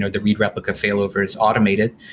the read replica failover is automated,